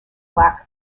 lack